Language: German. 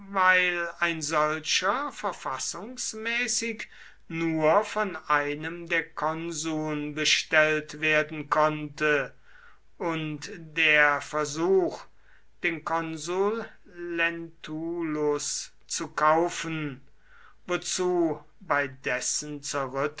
weil ein solcher verfassungsmäßig nur von einem der konsuln bestellt werden konnte und der versuch den konsul lentulus zu kaufen wozu bei dessen